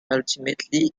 ultimately